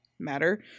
matter